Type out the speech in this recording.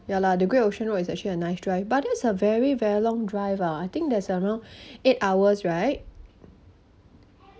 ya lah the great ocean road is actually a nice drive but it was a very very long drive ah I think there's around eight hours right